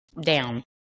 down